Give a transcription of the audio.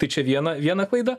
tai čia viena viena klaida